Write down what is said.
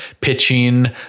pitching